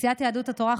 סיעת יהדות התורה,